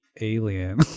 alien